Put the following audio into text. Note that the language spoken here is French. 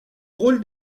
rôle